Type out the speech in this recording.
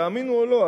תאמינו או לא,